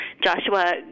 Joshua